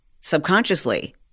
subconsciously